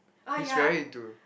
he's very into